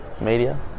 media